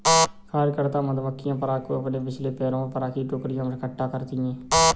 कार्यकर्ता मधुमक्खियां पराग को अपने पिछले पैरों पर पराग की टोकरियों में इकट्ठा करती हैं